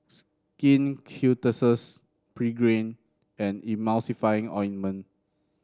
Skin Ceuticals Pregain and Emulsying Ointment